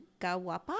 kawapa